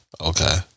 Okay